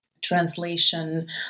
translation